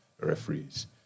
referees